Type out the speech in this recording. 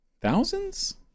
Thousands